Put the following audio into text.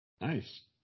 Nice